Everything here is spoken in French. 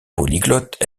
polyglotte